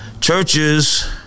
churches